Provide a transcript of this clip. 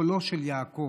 קולו של יעקב,